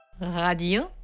Radio